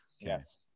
Yes